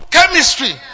Chemistry